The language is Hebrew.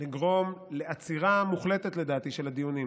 לדעתי, לגרום לעצירה מוחלטת של הדיונים.